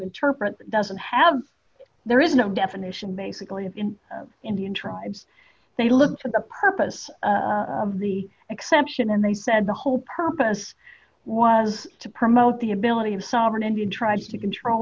interpret doesn't have there is no definition basically of in indian tribes they look for the purpose of the exception and they said the whole purpose was to promote the ability of sovereign indian tribes to control